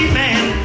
man